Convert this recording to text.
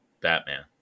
Batman